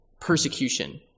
persecution